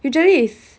usually is